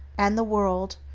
and the world,